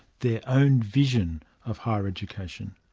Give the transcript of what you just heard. their own vision of higher education.